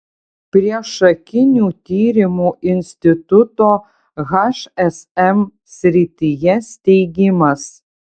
priešakinių tyrimų instituto hsm srityje steigimas